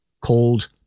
called